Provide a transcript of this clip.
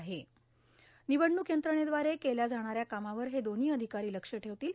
र्णनवडणूक यंत्रणेदवारे केल्या जाणाऱ्या कामावर हे दोन्हां अधिकारां लक्ष ठेवतील